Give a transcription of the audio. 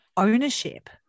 Ownership